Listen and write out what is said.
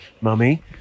Mummy